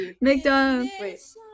McDonald's